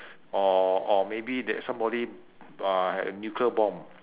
or or maybe that somebody uh had a nuclear bomb